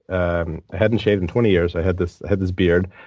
i hadn't shaved in twenty years. i had this had this beard.